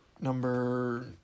number